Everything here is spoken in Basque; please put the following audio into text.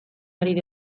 ari